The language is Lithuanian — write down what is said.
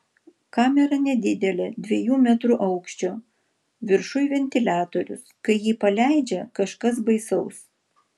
kamera nedidelė dviejų metrų aukščio viršuj ventiliatorius kai jį paleidžia kažkas baisaus